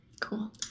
Cool